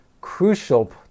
crucial